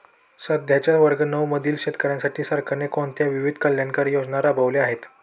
सध्याच्या वर्ग नऊ मधील शेतकऱ्यांसाठी सरकारने कोणत्या विविध कल्याणकारी योजना राबवल्या आहेत?